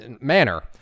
manner